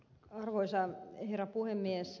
arvoisa herra puhemies